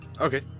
Okay